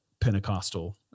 Pentecostal